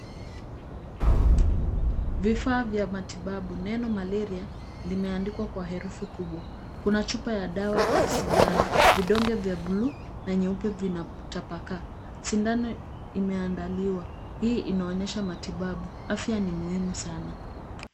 Vifaa vya matibabu. Neno malaria limeandikwa kwa herufi kubwa. Kuna chupa ya dawa ya sindano, vidonge vya buluu na nyeupe zinatapakaa. Sindano imeandaliwa, hii inaonyesha matibabu. Afya ni muhimu sana